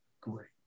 great